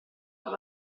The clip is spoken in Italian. dopo